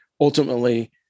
ultimately